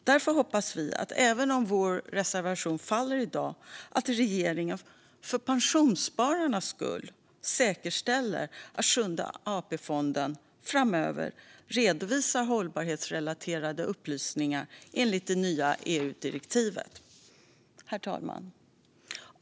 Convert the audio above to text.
Därför hoppas vi att regeringen, även om vår reservation faller i dag, för pensionsspararnas skull säkerställer att Sjunde AP-fonden framöver redovisar hållbarhetsrelaterade upplysningar enligt EU:s nya direktiv. Herr talman!